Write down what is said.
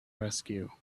rescue